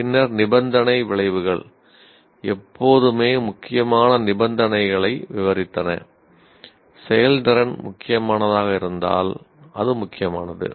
பின்னர் நிபந்தனை விளைவுகள் எப்போதுமே முக்கியமான நிபந்தனைகளை விவரித்தன செயல்திறன் முக்கியமானதாக இருந்தால் அது முக்கியமானது